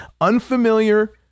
unfamiliar